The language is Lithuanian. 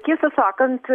tiesą sakant